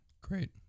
Great